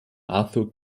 arthur